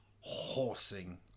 horsing